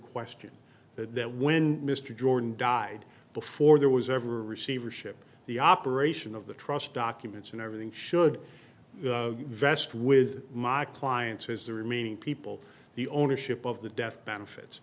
question that when mr jordan died before there was ever a receivership the operation of the trust documents and everything should vest with my clients as the remaining people the ownership of the death benefits